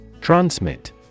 Transmit